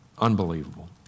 Unbelievable